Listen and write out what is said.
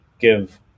give